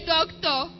Doctor